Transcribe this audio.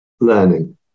learning